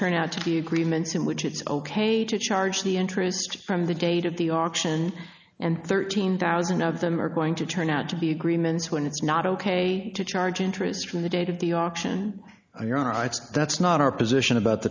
turn out to be agreements in which it's ok to charge the interest from the date of the auction and thirteen thousand of them are going to turn out to be agreements when it's not ok to charge interest from the date of the auction i write that's not our position about